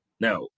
Now